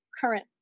current